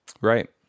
Right